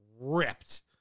Ripped